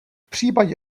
případě